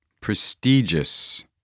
Prestigious